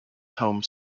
home